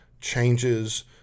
changes